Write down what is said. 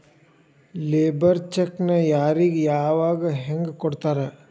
Labour ಚೆಕ್ಕ್ನ್ ಯಾರಿಗೆ ಯಾವಗ ಹೆಂಗ್ ಕೊಡ್ತಾರ?